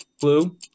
Blue